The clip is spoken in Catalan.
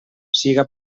siga